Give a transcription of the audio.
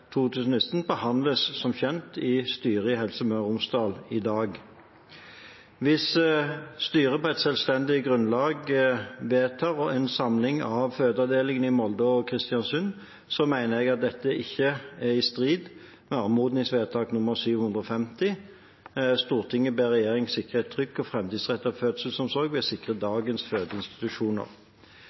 2019, behandles som kjent i styret i Helse Møre og Romsdal i dag. Hvis styret på et selvstendig grunnlag vedtar en samling av fødeavdelingene i Molde og Kristiansund, mener jeg at dette ikke er i strid med anmodningsvedtak 750: «Stortinget ber regjeringen sikre en trygg og fremtidsrettet fødselsomsorg ved å sikre dagens